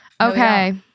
Okay